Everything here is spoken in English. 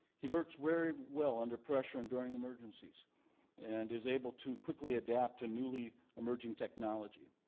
he works very well under pressure and during emergencies and is able to quickly adapt to newly emerging technology.